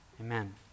Amen